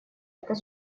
этот